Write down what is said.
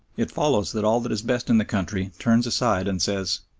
it follows that all that is best in the country turns aside and says,